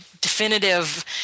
definitive